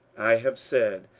i have said,